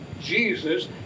Jesus